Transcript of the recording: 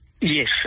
Yes